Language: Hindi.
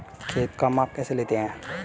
खेत का माप कैसे लेते हैं?